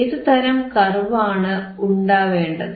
ഏതു തരം കർവ് ആണ് ഉണ്ടാവേണ്ടത്